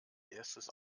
erstes